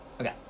Okay